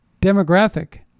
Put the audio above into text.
demographic